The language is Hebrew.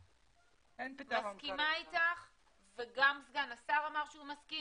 אני מסכימה איתך וגם סגן השר אמר שהוא מסכים